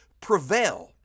prevail